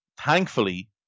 thankfully